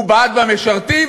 הוא בעט במשרתים.